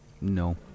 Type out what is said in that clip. No